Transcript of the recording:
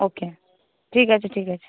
ওকে ঠিক আছে ঠিক আছে